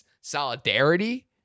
solidarity